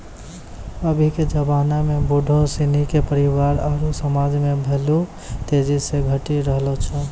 अभी के जबाना में बुढ़ो सिनी के परिवार आरु समाज मे भेल्यू तेजी से घटी रहलो छै